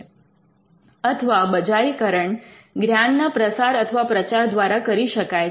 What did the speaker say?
અથવા બજારીકરણ જ્ઞાનના પ્રસાર અથવા પ્રચાર દ્વારા કરી શકાય છે